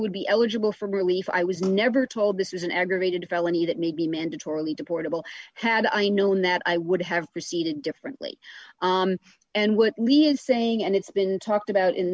would be eligible for relief i was never told this is an aggravated felony that may be mandatorily deportable had i known that i would have proceeded differently and what me is saying and it's been talked about in